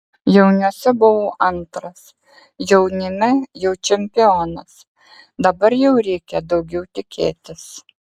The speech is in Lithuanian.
jauniuose buvau antras jaunime jau čempionas dabar jau reikia daugiau tikėtis